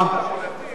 הצעת חוק